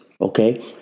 okay